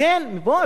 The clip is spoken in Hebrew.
לכן פה,